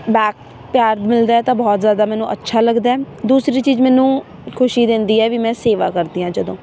back ਪਿਆਰ ਮਿਲਦਾ ਹੈ ਤਾਂ ਬਹੁਤ ਜ਼ਿਆਦਾ ਮੈਨੂੰ ਅੱਛਾ ਲੱਗਦਾ ਹੈ ਦੂਸਰੀ ਚੀਜ਼ ਮੈਨੂੰ ਖੁਸ਼ੀ ਦਿੰਦੀ ਹੈ ਵੀ ਮੈਂ ਸੇਵਾ ਕਰਦੀ ਹਾਂ ਜਦੋਂ